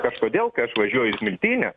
kažkodėl kai aš važiuoju į smiltynę